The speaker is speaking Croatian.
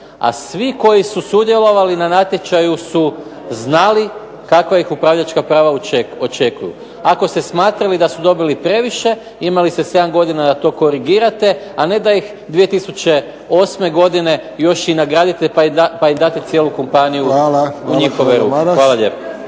a svi koji su sudjelovali na natječaju su znali kakva ih upravljačka prava očekuju. Ako ste smatrali da su dobili previše, imali ste 7 godina da to korigirate, a ne da ih 2008. godine još i nagradite pa im date cijelu kompaniju u njihove ruke. Hvala lijepo.